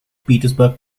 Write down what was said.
petersburg